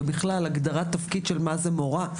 ובכלל הגדרת תפקיד מה זה מורה,